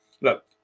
look